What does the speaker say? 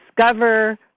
discover